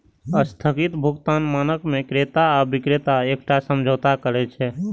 स्थगित भुगतान मानक मे क्रेता आ बिक्रेता एकटा समझौता करै छै